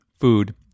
food